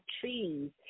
trees